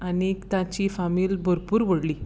आनीक ताची फामील भरपूर व्हडली